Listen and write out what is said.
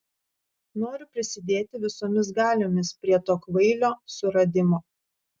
noriu prisidėti visomis galiomis prie to kvailio suradimo